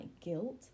guilt